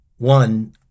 One